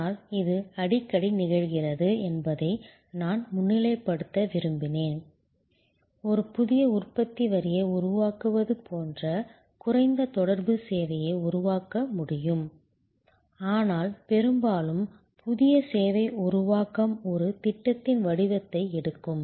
ஆனால் இது அடிக்கடி நிகழ்கிறது என்பதை நான் முன்னிலைப்படுத்த விரும்பினேன் ஒரு புதிய உற்பத்தி வரியை உருவாக்குவது போன்ற குறைந்த தொடர்பு சேவையை உருவாக்க முடியும் ஆனால் பெரும்பாலும் புதிய சேவை உருவாக்கம் ஒரு திட்டத்தின் வடிவத்தை எடுக்கும்